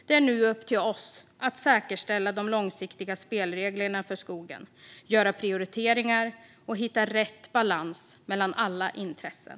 Det är nu upp till oss att säkerställa de långsiktiga spelreglerna för skogen, göra prioriteringar och hitta rätt balans mellan alla intressen.